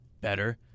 better